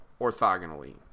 orthogonally